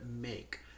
make